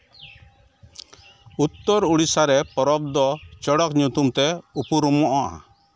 ᱩᱛᱛᱚᱨ ᱩᱲᱤᱥᱥᱟ ᱨᱮ ᱯᱚᱨᱚᱵᱽ ᱫᱚ ᱪᱚᱲᱚᱠ ᱧᱩᱛᱩᱢᱛᱮ ᱩᱯᱨᱩᱢᱚᱜᱼᱟ